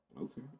Okay